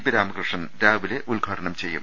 P Ramakrishnan രാവിലെ ഉദ്ഘാടനം ചെയ്യും